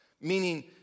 meaning